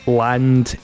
land